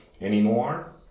anymore